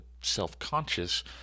self-conscious